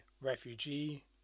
refugee